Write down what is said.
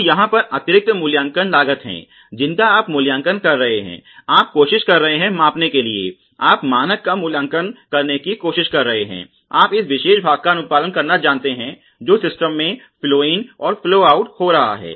तो यहाँ पर अतिरिक्त मूल्यांकन लागत हैं जिसका आप मूल्यांकन कर रहे हैं आप कोशिश कर रहे हैं मापने के लिए आप मानक का मूल्यांकन करने की कोशिश कर रहे हैं आप इस विशेष भाग का अनुपालन करना जानते हैं जो सिस्टम में फ़्लो इन और फ्लो आउट हो रहा है